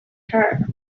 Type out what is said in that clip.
her